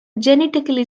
genetically